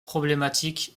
problématique